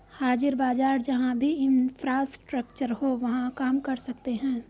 हाजिर बाजार जहां भी इंफ्रास्ट्रक्चर हो वहां काम कर सकते हैं